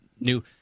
new